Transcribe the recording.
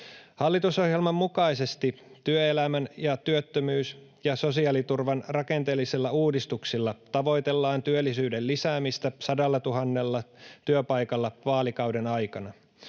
Hallitusohjelman mukaisesti työelämän ja työttömyys- ja sosiaaliturvan rakenteellisilla uudistuksilla tavoitellaan työllisyyden lisäämistä sadallatuhannella työpaikalla vaalikauden aikana.